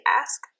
ask